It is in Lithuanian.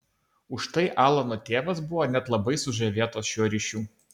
užtai alano tėvas buvo net labai sužavėtas šiuo ryšiu